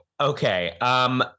okay